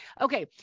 Okay